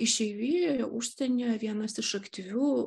išeivijoje užsienio vienas iš aktyvių